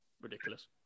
ridiculous